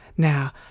Now